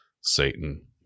Satan